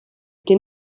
can